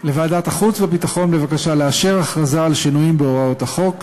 לוועדת החוץ והביטחון בבקשה לאשר הכרזה על שינויים בהוראות החוק,